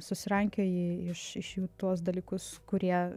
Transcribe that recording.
susirankiojai iš iš jų tuos dalykus kurie